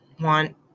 want